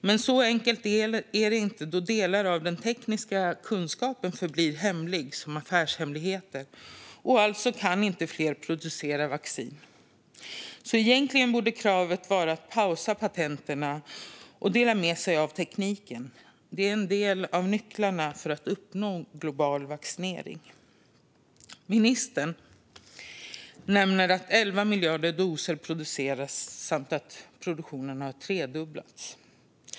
Men så enkelt är det inte då delar av den tekniska kunskapen förblir affärshemligheter, och alltså kan inte fler producera vaccin. Egentligen borde kravet därför vara att pausa patenten och dela med sig av tekniken. Det är en av nycklarna till att uppnå global vaccinering. Ministern nämner att 11 miljarder doser producerats och att produktionen tredubblats.